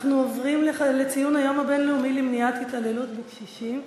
אנחנו עוברים לציון היום הבין-לאומי למניעת התעללות בקשישים,